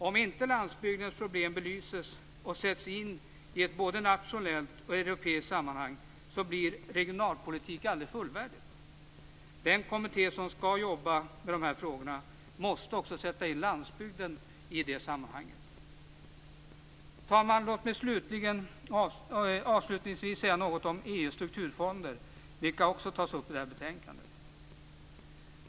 Om inte landsbygdens problem belyses och sätts in i ett både nationellt och europeiskt sammanhang blir regionalpolitiken aldrig fullvärdig. Den kommitté som skall jobba med dessa frågor måste också sätta in landsbygden i det sammanhanget. Herr talman! Låt mig avslutningsvis säga något om EU:s strukturfonder, vilka också tas upp i detta betänkande.